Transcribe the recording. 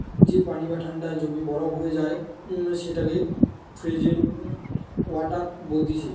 যে পানি যে ঠান্ডায় জমে বরফ হয়ে যায় সেটাকে ফ্রোজেন ওয়াটার বলতিছে